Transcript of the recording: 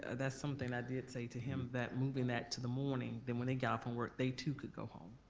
ah that's something i did say to him that moving that to the morning, then when they get off from work they too could go home.